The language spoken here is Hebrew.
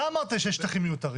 אתה אמרת שיש שטחים מיותרים.